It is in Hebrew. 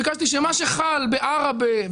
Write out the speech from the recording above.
ביקשתי שמה שחל בעראבה,